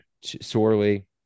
Sorely